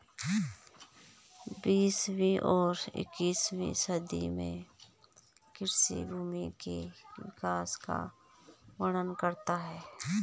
बीसवीं और इक्कीसवीं शताब्दी में कृषि भूमि के विकास का वर्णन करता है